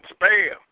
Spam